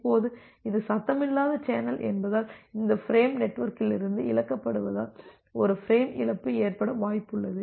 இப்போது இது சத்தமில்லாத சேனல் என்பதால் இந்த ஃபிரேம் நெட்வொர்க்கிலிருந்து இழக்கப்படுவதால் ஒரு ஃப்ரேம் இழப்பு ஏற்பட வாய்ப்பு உள்ளது